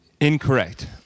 Incorrect